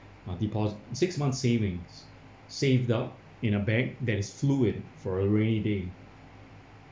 deposit six months savings saved up in a bag that is fluid for a rainy day